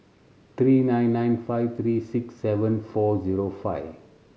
three nine nine five three six seven four zero five